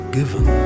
Given